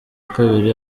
kabiri